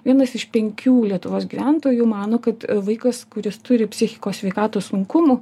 vienas iš penkių lietuvos gyventojų mano kad vaikas kuris turi psichikos sveikatos sunkumų